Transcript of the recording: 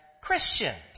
Christians